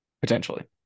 potentially